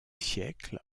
siècle